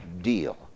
deal